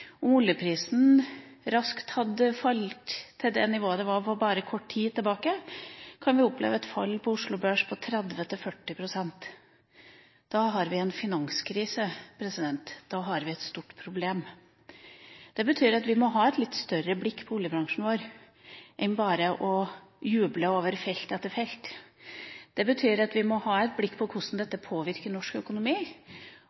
oljeprisen raskt faller til det nivået den var på for bare kort tid sida, kan vi oppleve et fall på Oslo Børs på 30–40 pst. Da har vi en finanskrise. Da har vi et stort problem. Det betyr at vi må ha et litt videre blikk på oljebransjen vår enn bare å juble over felt etter felt. Det betyr at vi må ha et blikk på hvordan